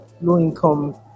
low-income